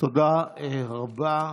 תודה רבה.